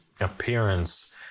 appearance